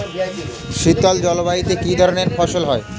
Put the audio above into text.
শীতল জলবায়ুতে কি ধরনের ফসল হয়?